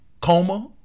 coma